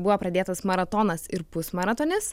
buvo pradėtas maratonas ir pusmaratonis